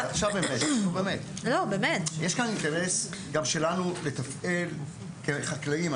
זה אינטרס גם שלנו לתפעל כחקלאים.